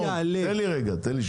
כי